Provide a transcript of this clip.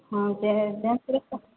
ହଁ ସେ ଡ୍ୟାନ୍ସ କରେ ତ